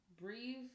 breathe